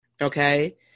Okay